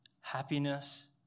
happiness